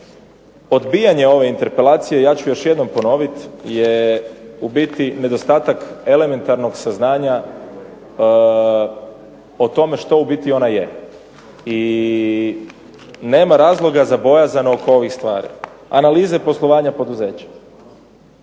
odbijanje ove interpelacije ja ću još jednom ponoviti je u biti nedostatak elementarnog saznanja o tome što u biti ona je i nema razloga za bojazan oko ovih stvari, analize poslovanja poduzeća.